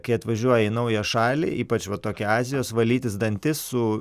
kai atvažiuoji į naują šalį ypač va tokią azijos valytis dantis su